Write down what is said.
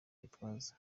gitwaza